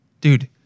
Dude